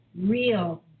real